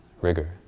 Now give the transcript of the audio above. rigor